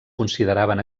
consideraven